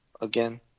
again